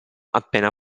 appena